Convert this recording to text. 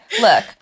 look